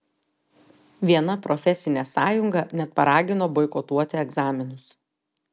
viena profesinė sąjunga net paragino boikotuoti egzaminus